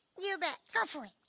you bet. go for it.